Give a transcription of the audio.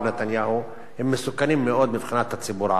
נתניהו הם מסוכנים מאוד מבחינת הציבור הערבי: